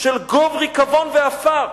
של גוב ריקבון ועפר.